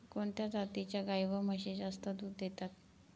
कोणत्या जातीच्या गाई व म्हशी जास्त दूध देतात?